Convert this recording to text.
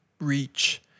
reach